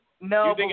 No